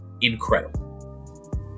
incredible